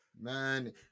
man